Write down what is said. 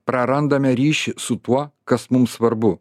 prarandame ryšį su tuo kas mums svarbu